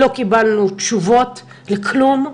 לא קיבלנו תשובות לכלום,